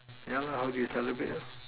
ya lah how do you celebrate lor